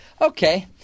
Okay